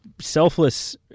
selfless